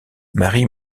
marie